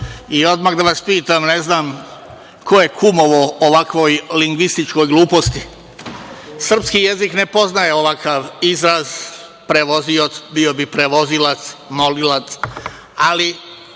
Odmah da vas pitam, ne znam ko je kumovao ovakvoj lingvističkoj gluposti? Srpski jezik ne poznaje ovakav izraz – prevozioc, bio bi prevozilac, molilac, ali